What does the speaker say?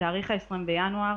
בתאריך ה-20 בינואר,